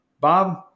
Bob